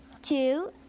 Two